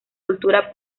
cultura